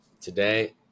Today